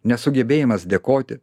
nesugebėjimas dėkoti